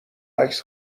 عکس